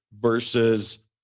versus